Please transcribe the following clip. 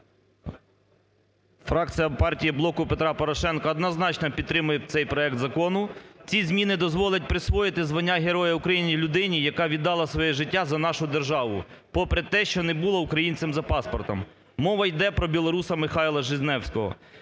Фракція партії "Блоку Петра Порошенка" однозначно підтримує цей проект закону. Ці зміни дозволять присвоїти звання Героя України людині, яка віддала своє життя за нашу держави, попри те, що не була українцем за паспортом. Мова йде про білоруса Михайла Жизневського.